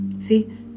See